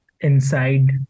inside